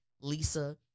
Lisa